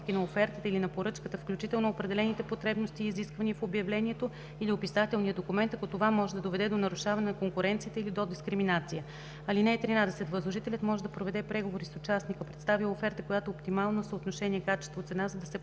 (13) Възложителят може да проведе преговори с участника, представил оферта, която е с оптимално съотношение качество/цена, за да се потвърдят